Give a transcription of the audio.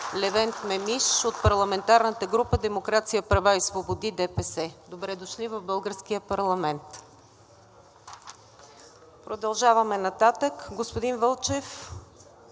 Левент Мемиш от парламентарната група „Демокрация, права и свободи – ДПС“. Добре дошли в българския парламент! (Ръкопляскания.) Продължаваме нататък. Господин Вълчев,